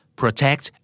protect